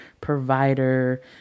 provider